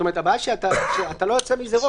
הבעיה שאתה לא יוצא מזה.